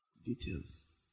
Details